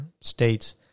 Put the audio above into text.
states